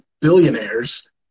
billionaires